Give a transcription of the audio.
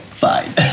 Fine